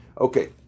Okay